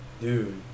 Dude